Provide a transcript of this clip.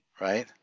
Right